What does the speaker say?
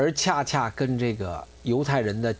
go you would hide in the